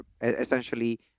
essentially